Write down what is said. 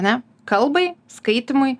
ane kalbai skaitymui